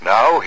Now